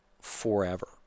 forever